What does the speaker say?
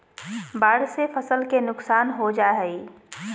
बाढ़ से फसल के नुकसान हो जा हइ